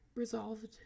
resolved